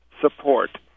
support